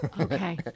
Okay